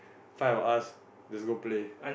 five of us just go play